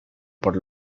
por